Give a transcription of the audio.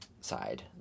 side